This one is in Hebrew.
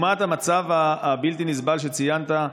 לעומת המצב הבלתי-נסבל שציינת,